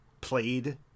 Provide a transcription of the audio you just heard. played